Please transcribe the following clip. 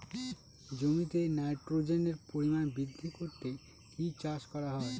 জমিতে নাইট্রোজেনের পরিমাণ বৃদ্ধি করতে কি চাষ করা হয়?